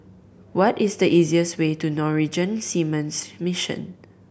what is the easiest way to Norwegian Seamen's Mission